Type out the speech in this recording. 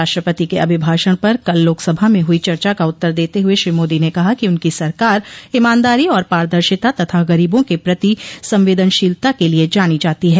राष्ट्रपति के अभिभाषण पर कल लोकसभा में हुई चर्चा का उत्तर देते हुए श्री मोदी ने कहा कि उनकी सरकार ईमानदारी और पारदर्शिता तथा गरीबों के प्रति संवेदनशीलता के लिए जानी जाती है